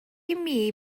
imi